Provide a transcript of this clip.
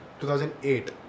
2008